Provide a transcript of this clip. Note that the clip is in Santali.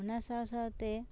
ᱚᱱᱟ ᱥᱟᱶᱼᱥᱟᱶᱛᱮ